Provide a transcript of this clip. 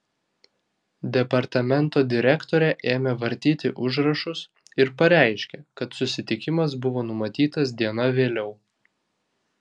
departamento direktorė ėmė vartyti užrašus ir pareiškė kad susitikimas buvo numatytas diena vėliau